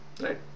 right